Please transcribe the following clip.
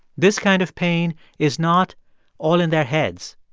this kind of pain is not all in their heads.